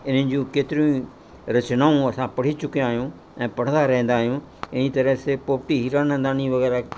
हिननि जूं केतिरियूं ई रचनाऊं असां पढ़ी चुकिया आहियूं ऐं पढ़ंदा रहंदा आहियूं इन तरह से पोपटी हीरा नंदानी वग़ैरह